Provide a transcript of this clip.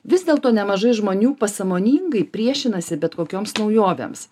vis dėlto nemažai žmonių pasąmoningai priešinasi bet kokioms naujovėms